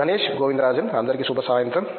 గణేష్ గోవిందరాజన్ అందరికీ శుభ సాయంత్రం